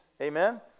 Amen